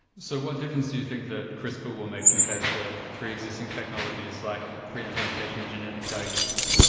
so what difference do you think that crispr will make compared to pre-existing technologies like preimplantation genetic diagnosis?